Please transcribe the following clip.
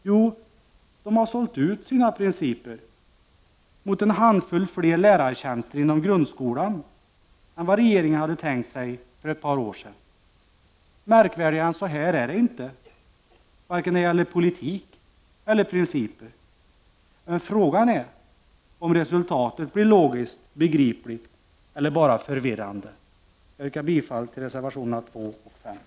Jo, de har sålt ut sina principer mot en handfull fler lärartjänster inom grundskolan än vad regeringen hade tänkt sig för ett par år sedan. Det är inte märkvärdigare än så, vare sig det gäller politik eller principer. Men frågan är om resultatet blir logiskt begripligt eller bara förvirrande. Jag vill yrka bifall till reservationerna 2 och 5.